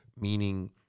meaning